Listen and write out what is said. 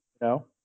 no